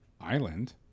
island